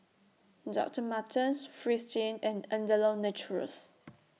Doctor Martens Fristine and Andalou Naturals